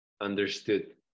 Understood